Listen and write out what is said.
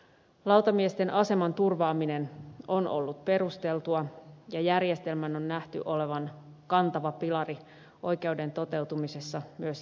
lautamiesten aseman turvaaminen on ollut perusteltua ja järjestelmän on nähty olevan kantava pilari oikeuden toteutumisessa myös jatkossa